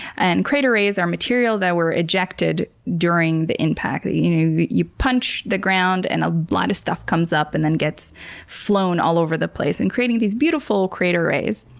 and crater rays are material that were ejected during the impact. you know you punch the ground and a lot of stuff comes up and then gets flown all over the place, and creating these beautiful crater rays.